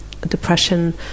depression